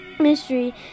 Mystery